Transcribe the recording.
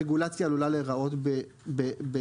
הרגולציה עלולה להיראות בהתאם.